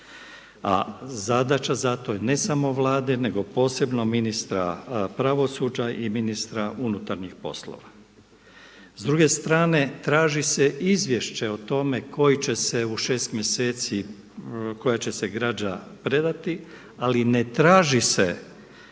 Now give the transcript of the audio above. a zadaća zato je ne samo Vlade nego posebno ministra pravosuđa i ministra unutarnjih poslova. S druge strane traži se izvješće o tome koji će se u šest mjeseci, koja će se građa predati ali ne traži se izvješće,